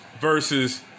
versus